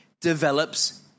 develops